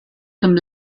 zum